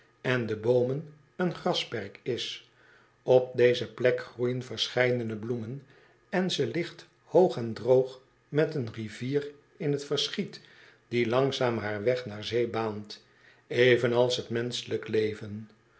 en de boomen een grasperk is op deze plek groeien verscheidene bloemen en ze ligt hoog en droog met een rivier in t verschiet die langzaam haar weg naar zee baant evenals t menschelijk leven